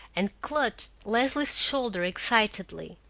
and clutched leslie's shoulder excitedly